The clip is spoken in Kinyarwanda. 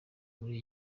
muri